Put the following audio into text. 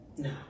No